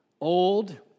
old